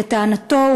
ולטענתו,